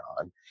on